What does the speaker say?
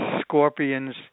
scorpions